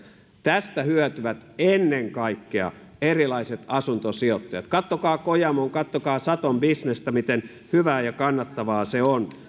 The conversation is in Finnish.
tästä hyötyvät ennen kaikkea erilaiset asuntosijoittajat katsokaa kojamoa katsokaa saton bisnestä miten hyvää ja kannattavaa se on